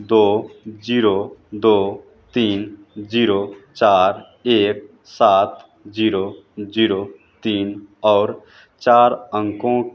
दो जीरो दो तीन जीरो चार एक सात जीरो जीरो तीन और चार अंकों